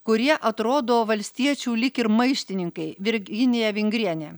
kurie atrodo valstiečių lyg ir maištininkai virginija vingrienė